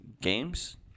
games